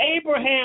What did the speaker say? Abraham